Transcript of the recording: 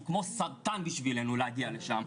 כמו סרטן בשבילנו להגיע לשם,